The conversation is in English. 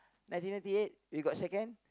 ninety ninety eight we got second